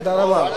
תודה רבה.